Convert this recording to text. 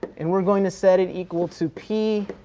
and we're going to set it equal to p